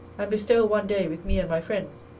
and bestow one day with me and my friends,